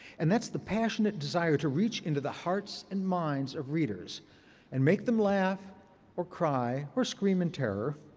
and that's the passionate desire to reach into the hearts and minds of readers and make them laugh or cry or scream in terror.